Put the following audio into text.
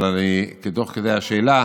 אבל תוך כדי השאלה